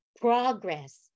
progress